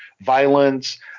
violence